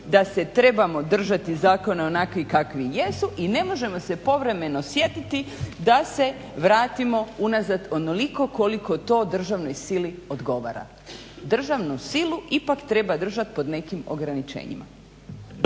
da se trebamo držati zakona onakvim kakvim jesu i ne možemo se povremeno sjetiti da se vratimo unazad onoliko koliko to državnoj sili odgovara. Državnu silu ipak treba držati pod nekim ograničenjima.